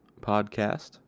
podcast